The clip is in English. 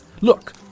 Look